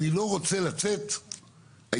אני לא רוצה לצאת היום,